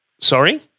Sorry